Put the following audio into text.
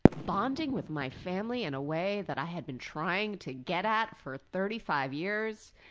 bonding with my family in a way that i had been trying to get at for thirty five years,